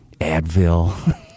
Advil